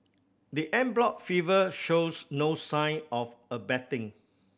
the en bloc shows no sign of abating